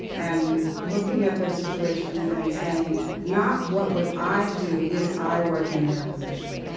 and looking at their situation and saying not, what would i do if i were in their position?